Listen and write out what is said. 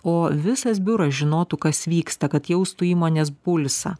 o visas biuras žinotų kas vyksta kad jaustų įmonės pulsą